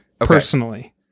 Personally